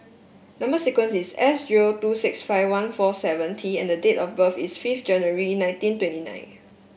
number sequence is S zero two six five one four seven T and date of birth is fifth January nineteen twenty nine